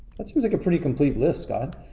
that seems like a pretty complete list scott,